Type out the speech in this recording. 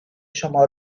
شما